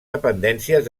dependències